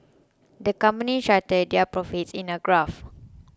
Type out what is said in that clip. the company charted their profits in a graph